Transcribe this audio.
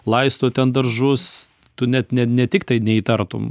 laisto ten daržus tu net ne ne tiktai neįtartum